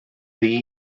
ddi